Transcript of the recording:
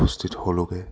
উপস্থিত হ'লোঁগৈ